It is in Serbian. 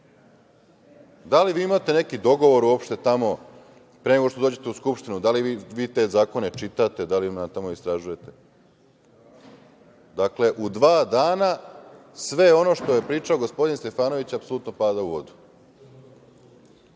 Da li vi imate neki dogovor uopšte pre nego što dođete u Skupštinu? Da li vi te zakone čitate? Da li tamo istražujete? Dakle, u dva dana sve ono što je pričao gospodin Stefanović apsolutno pada u vodu. Može